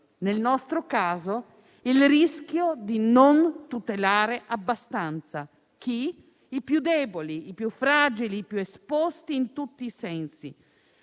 (nel nostro caso, il rischio di non tutelare abbastanza i più deboli, i più fragili e i più esposti in tutti i sensi).